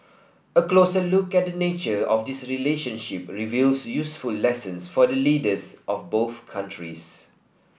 a closer look at the nature of this relationship reveals useful lessons for leaders of both countries